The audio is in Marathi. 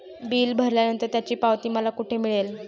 बिल भरल्यानंतर त्याची पावती मला कुठे मिळेल?